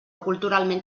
culturalment